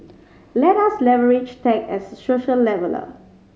let us leverage tech as a social leveller